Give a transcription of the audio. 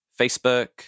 Facebook